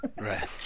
Right